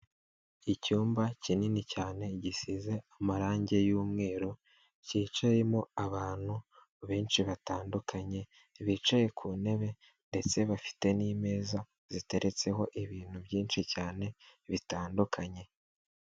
Icyumba kinini cyane gisize amarangi y'mweru, cyicayemo abantu benshi batandukanye bicaye ku ntebe ndetse bafite n'imeza ziteretseho ibintu byinshi cyane bitandukanye.